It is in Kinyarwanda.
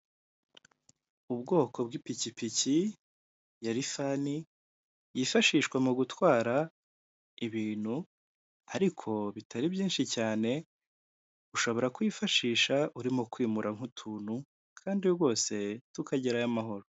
Ubwoko bw'ipikipiki ya lifani yifashishwa mu gutwara ibintu ariko bitari byinshi cyane, ushobora kuyifashisha urimo kwimura nk'utuntu kandi rwose tukagerayo amahoro.